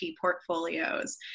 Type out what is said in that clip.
portfolios